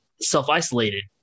self-isolated